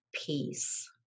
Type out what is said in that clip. peace